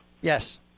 Yes